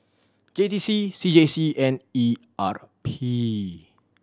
J T C C J C and E R P